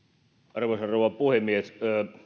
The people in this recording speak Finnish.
arvoisa rouva puhemies